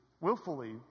willfully